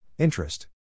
Interest